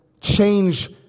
change